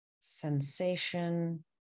sensation